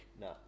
No